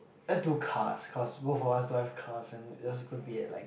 let's do cars cause both of us like cars and just could be at like